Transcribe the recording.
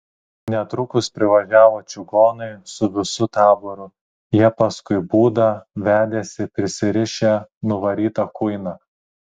netrukus privažiavo čigonai su visu taboru jie paskui būdą vedėsi prisirišę nuvarytą kuiną